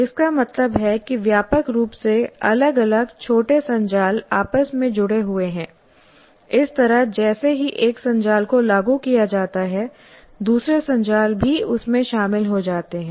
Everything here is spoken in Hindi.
इसका मतलब है कि व्यापक रूप से अलग अलग छोटे संजाल आपस में जुड़े हुए हैं इस तरह जैसे ही एक संजाल को लागू किया जाता है दूसरे संजाल भी उसमें शामिल हो जाते हैं